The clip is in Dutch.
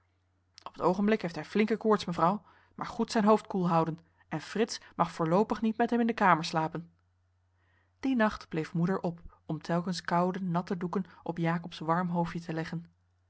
op t oogenblik heeft hij flinke koorts mevrouw maar goed zijn hoofd koel houden en frits mag voorloopig niet met hem in de kamer slapen dien nacht bleef moeder op om telkens koude natte doeken op jacob's warm hoofdje te leggen